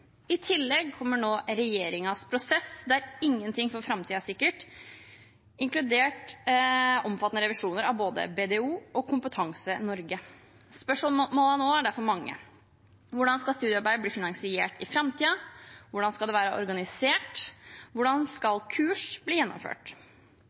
I tillegg kommer nå regjeringens prosess der ingenting for framtiden er sikkert, inkludert omfattende revisjoner av både BDO og Kompetanse Norge. Spørsmålene nå er derfor mange: Hvordan skal studiearbeid bli finansiert i framtiden? Hvordan skal det være organisert? Hvordan skal